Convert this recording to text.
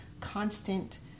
constant